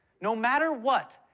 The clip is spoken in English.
no matter what,